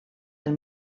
del